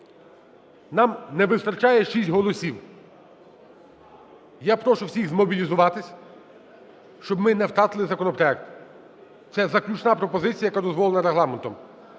Нам не вистачає 6 голосів. Я прошу всіх змобілізуватись, щоб ми не втратили законопроект. Це заключна пропозиція, яка дозволена Регламентом,